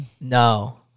No